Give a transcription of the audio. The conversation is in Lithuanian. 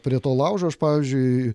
prie to laužo aš pavyzdžiui